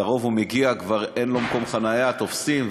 לרוב הוא מגיע וכבר אין לו מקום חניה כי תופסים,